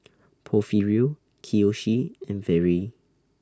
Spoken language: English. Porfirio Kiyoshi and Vere